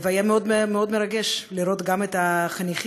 היה מאוד מרגש לראות גם את החניכים,